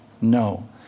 No